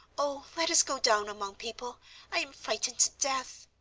oh, let us go down among people i am frightened to death,